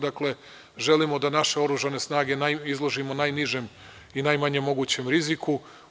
Dakle, želimo da naša oružane snage izložimo najnižem i mogućem riziku.